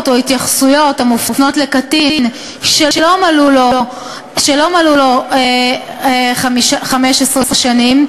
או התייחסויות המופנות לקטין שלא מלאו לו 15 שנים,